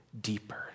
deeper